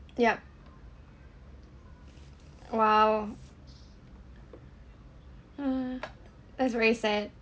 ya !wow! (uh huh) that's very sad